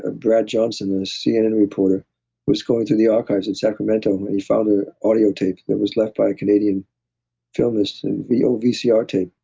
ah brad johnson, and a cnn reporter was going through the archives in sacramento. he found an ah audio tape that was left by a canadian film, this and video vcr tape.